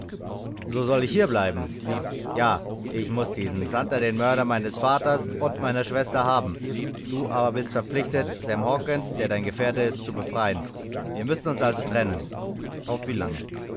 so soll ich hier bleiben ja ich muß diesen santer den mörder meines vaters und meiner schwester haben du aber bist verpflichtet sam hawkens der dein gefährte ist zu befreien wir müssen uns also trennen auf wie lange